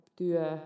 työ